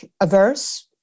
averse